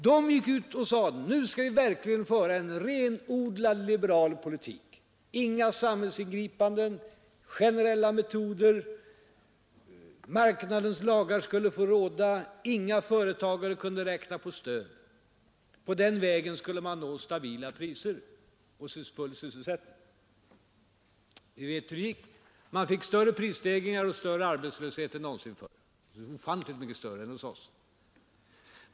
Den gick ut och proklamerade att den skulle föra en renodlat liberal politik: inga samhällsingripanden, bara generella metoder, marknadens lagar skulle få råda, inga företagare kunde räkna med att få stöd. På den vägen skulle man nå stabila priser och full sysselsättning. Vi vet hur det gick: prisstegringarna ökade, och man fick större arbetslöshet än någonsin förr, ofantligt mycket större än hos oss.